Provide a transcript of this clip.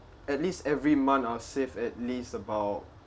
at least every month I'll save at least about